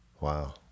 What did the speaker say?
Wow